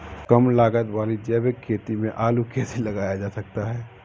कम लागत वाली जैविक खेती में आलू कैसे लगाया जा सकता है?